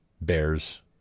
bears